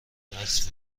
عکس